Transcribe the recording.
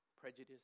prejudice